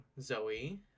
Zoe